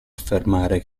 affermare